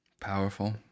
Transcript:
Powerful